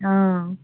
অ